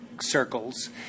circles